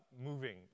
moving